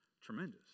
tremendous